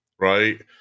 right